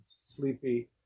sleepy